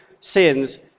sins